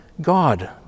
God